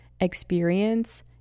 experience